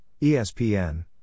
ESPN